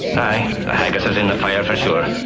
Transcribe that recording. the haggis is in the fire for sure.